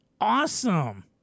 Awesome